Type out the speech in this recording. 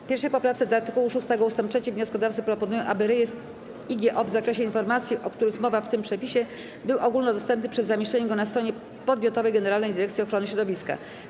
W 1. poprawce do art. 6 ust. 3 wnioskodawcy proponują, aby rejestr IGO w zakresie informacji, o których mowa w tym przepisie, był ogólnodostępny przez zamieszczenie go na stronie podmiotowej Generalnej Dyrekcji Ochrony Środowiska.